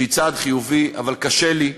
שהיא צעד חיובי, אבל קשה לי,